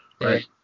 Right